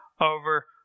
over